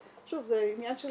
אז שוב, זה עניין של